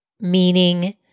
meaning